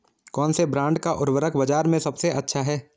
कौनसे ब्रांड का उर्वरक बाज़ार में सबसे अच्छा हैं?